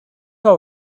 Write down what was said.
all